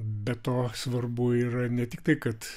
be to svarbu yra ne tiktai kad